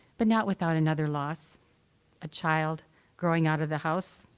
but not without another loss a child growing out of the house,